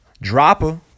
Dropper